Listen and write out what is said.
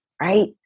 right